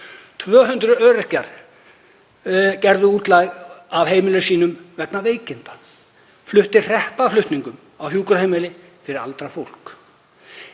200 öryrkjar eru gerðir útlægir af heimilum sínum vegna veikinda, fluttir hreppaflutningum á hjúkrunarheimili fyrir aldrað fólk.